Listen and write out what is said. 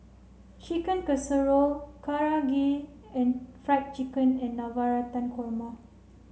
Chicken Casserole Karaage and Fried Chicken and Navratan Korma